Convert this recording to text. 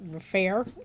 fair